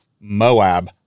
Moab